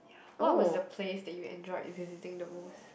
what was the place that you enjoyed visiting the most